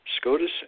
SCOTUS